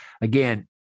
Again